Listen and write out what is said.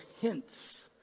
hints